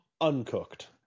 uncooked